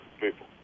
people